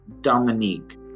Dominique